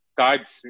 cards